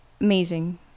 amazing